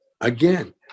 Again